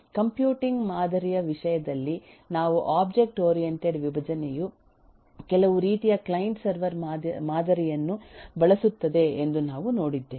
computing ಮಾದರಿಯ ವಿಷಯದಲ್ಲಿ ನಾವು ಒಬ್ಜೆಕ್ಟ್ ಓರಿಯಂಟೆಡ್ ವಿಭಜನೆಯು ಕೆಲವು ರೀತಿಯ ಕ್ಲೈಂಟ್ ಸರ್ವರ್ ಮಾದರಿಯನ್ನು ಬಳಸುತ್ತದೆ ಎಂದು ನಾವು ನೋಡಿದ್ದೇವೆ